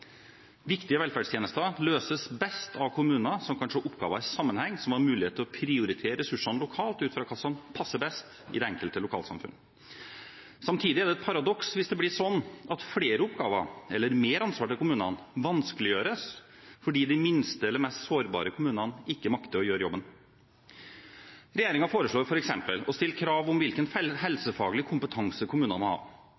Viktige velferdstjenester løses best av kommuner som kan se oppgaver i sammenheng, og som har mulighet til å prioritere ressursene lokalt – ut fra hva som passer best i det enkelte lokalsamfunn. Samtidig er det et paradoks hvis det blir sånn at flere oppgaver eller mer ansvar til kommunene vanskeliggjøres fordi de minste eller mest sårbare kommunene ikke makter å gjøre jobben. Regjeringen foreslår f.eks. å stille krav til hvilken